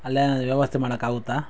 ಅಲ್ಲೇನಾದರೂ ವ್ಯವಸ್ಥೆ ಮಾಡೋಕ್ಕಾಗುತ್ತಾ